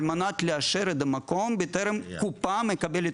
על מנת לאשר את המקום בטרם הקופה מקבלת